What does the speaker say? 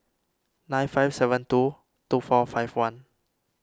nine five seven two two four five one